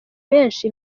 benshi